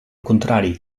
contrari